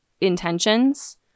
intentions